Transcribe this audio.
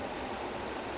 ya that's true